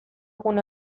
gune